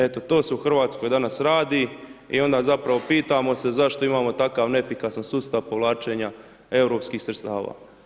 Eto, to se u Hrvatskoj danas radi, i onda zapravo pitamo se zašto imamo takav neefikasan sustav povlačenja europskih sredstava.